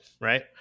right